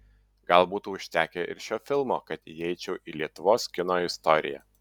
gal būtų užtekę ir šio filmo kad įeičiau į lietuvos kino istoriją